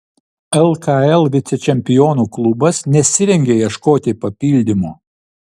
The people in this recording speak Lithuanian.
lkl vicečempionų klubas nesirengia ieškoti papildymo